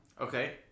Okay